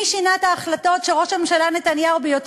מי שינה את ההחלטות שראש הממשלה נתניהו קבע,